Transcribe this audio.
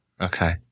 Okay